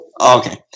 Okay